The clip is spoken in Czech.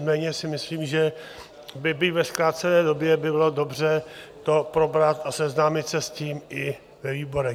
Nicméně si myslím, že byť ve zkrácené době by bylo dobře to probrat a seznámit se s tím i ve výborech.